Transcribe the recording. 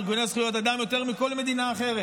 וארגוני זכויות אדם יותר מכל מדינה אחרת.